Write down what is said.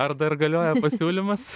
ar dar galioja pasiūlymas